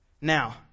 Now